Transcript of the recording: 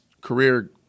career –